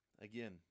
Again